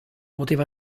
poteva